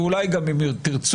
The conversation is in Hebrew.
ואולי גם אם תרצו,